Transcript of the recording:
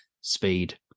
Speed